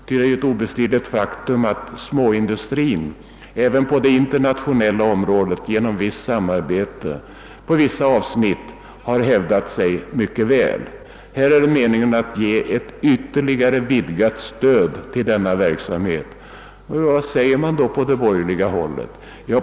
Det är ett obestridligt faktum att småindustrin även på det internationella området genom samarbete på vissa avsnitt har hävdat sig mycket väl. Här är det meningen att ge ett ytterligare vidgat stöd till denna verksamhet. Vad säger man då på borgerligt håll?